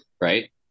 Right